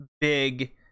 big